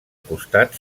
costat